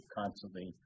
constantly